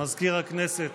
מזכיר הכנסת.